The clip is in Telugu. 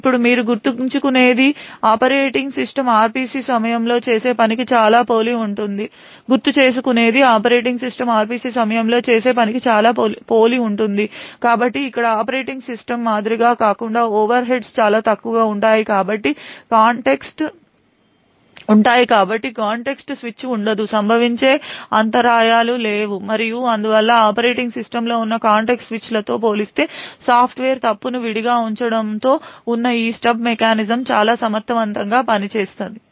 ఇప్పుడు మీరు గుర్తుచేసుకునేది ఆపరేటింగ్ సిస్టమ్ RPC సమయంలో చేసే పనికి చాలా పోలి ఉంటుంది కాబట్టి ఇక్కడ ఆపరేటింగ్ సిస్టమ్ మాదిరిగా కాకుండా ఓవర్ హెడ్స్ చాలా తక్కువగా ఉంటాయి కాబట్టి కాంటెక్స్ట్ స్విచ్ ఉండదు సంభవించే అంతరాయాలు లేవు మరియు అందువల్ల ఆపరేటింగ్ సిస్టమ్లో ఉన్న కాంటెక్స్ట్ స్విచ్లతో పోలిస్తే సాఫ్ట్వేర్ తప్పును విడిగా ఉంచడంతో ఉన్న ఈ స్టబ్ మెకానిజమ్స్ చాలా సమర్థవంతంగా పనిచేస్తాయి